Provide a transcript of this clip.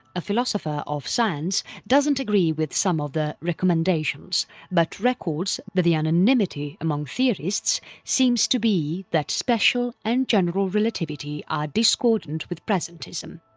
a philosopher of science doesn't agree with some of the recommendations but records that the unanimity among theorists seems to be that special and general relativity are discordant with presentism.